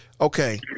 Okay